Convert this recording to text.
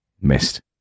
Missed